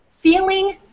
feeling